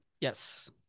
Yes